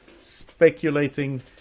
speculating